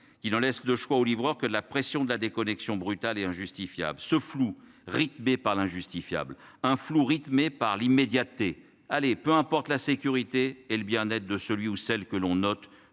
qui en laisse le choix aux livreurs que la pression de la déconnexion brutal et injustifiable ce flou rythmé par l'injustifiable. Un flou rythmée par l'immédiateté allez peu importe la sécurité et le bien-être de celui ou celle que l'on note